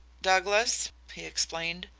douglas, he explained,